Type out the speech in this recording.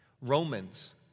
Romans